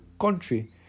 country